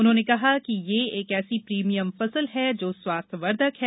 उन्होंने कहा कि यह एक ऐसी प्रीमियम फसल हैं जो स्वास्थ्यवर्धक है